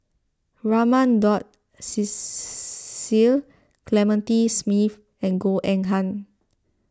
Raman Daud Cecil Clementi Smith and Goh Eng Han